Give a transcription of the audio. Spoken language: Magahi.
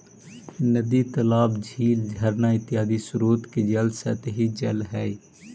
नदी तालाब, झील झरना इत्यादि स्रोत के जल सतही जल हई